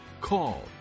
call